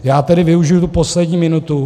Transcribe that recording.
Já tedy využiji tu poslední minutu.